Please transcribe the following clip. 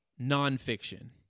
nonfiction